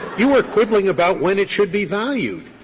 you were quibbling about when it should be valued.